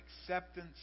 acceptance